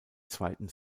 zweiten